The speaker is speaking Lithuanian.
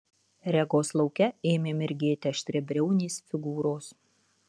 regos lauke ėmė mirgėti aštriabriaunės figūros